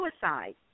suicide